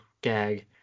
gag